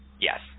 Yes